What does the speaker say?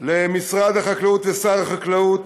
למשרד החקלאות ושר החקלאות,